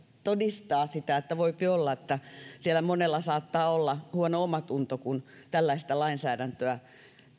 todistaa että voipi olla että siellä monella saattaa olla huono omatunto kun tällaista lainsäädäntöä